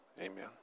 Amen